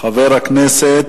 חבר הכנסת